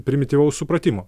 primityvaus supratimo